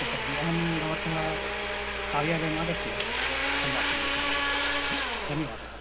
अस्तु तर्हि अहं भवतः कार्यालयं आगत्य सम्भाषणं करोमि धन्यवादः